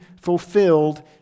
fulfilled